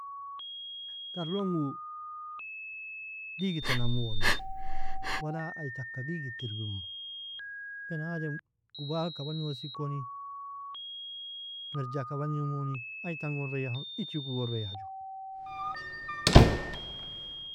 Tar لون ga uo digita namu wallih wala ai taka digit iribimu benadem gubalka bagnosikoni merjaka bagnimoni ai tangon reyahon ichiku gon reyahju.